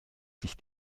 sich